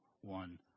one